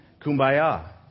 Kumbaya